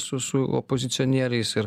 su su opozicionieriais ir